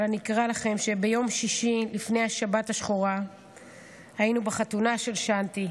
אבל אני אקרא לכם: ביום שישי לפני השבת השחורה היינו בחתונה של שאנטי.